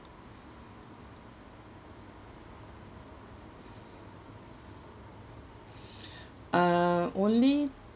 uh only